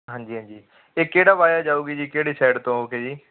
ਹਾਂਜੀ ਹਾਂਜੀ ਇਹ ਕਿਹੜਾ ਵਾਇਆ ਜਾਵੇਗੀ ਜੀ ਕਿਹੜੇ ਸ਼ਹਿਰ ਤੋਂ ਹੋ ਕੇ ਜੀ